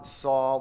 saw